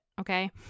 Okay